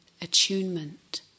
attunement